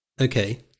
Okay